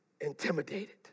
intimidated